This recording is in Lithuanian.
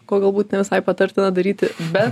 ko galbūt ne visai patartina daryti bet